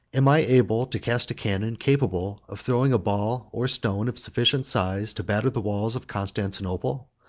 am i able to cast a cannon capable of throwing a ball or stone of sufficient size to batter the walls of constantinople?